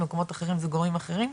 במקומות אחרים זה גורמים אחרים,